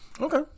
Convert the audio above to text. Okay